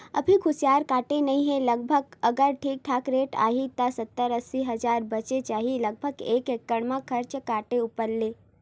अभी कुसियार कटे नइ हे लगभग अगर ठीक ठाक रेट आही त सत्तर अस्सी हजार बचें जाही लगभग एकड़ म खरचा काटे ऊपर ले